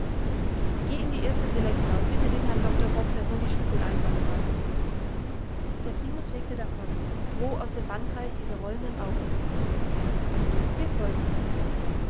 geh in die erste selekta und bitte den herrn doktor box er soll die schlüssel einsammeln lassen der primus fegte davon froh aus dem bannkreis dieser rollenden augen zu kommen wir folgen ihm